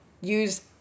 use